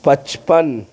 پچپن